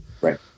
Right